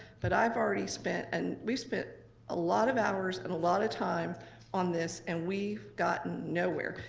but i've already spent, and we spent a lot of hours and a lot of time on this, and we've gotten nowhere.